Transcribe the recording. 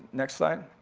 next slide.